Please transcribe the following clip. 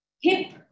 hip